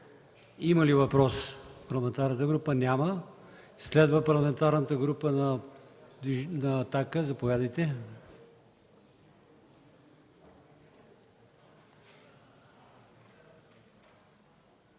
Има ли въпрос парламентарната група? Няма. Следва Парламентарната група на „Атака”. Заповядайте.